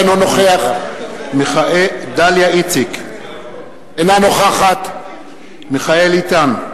אינו נוכח דליה איציק, אינה נוכחת מיכאל איתן,